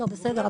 בסדר,